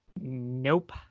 Nope